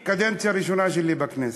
זאת הקדנציה הראשונה שלי בכנסת,